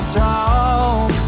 talk